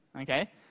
Okay